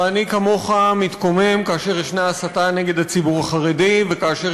אני כמוך מתקומם כאשר יש הסתה נגד הציבור החרדי וכאשר